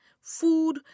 food